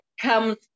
comes